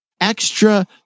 extra